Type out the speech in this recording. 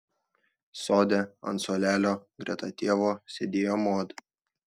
sode ant suolelio greta tėvo sėdėjo mod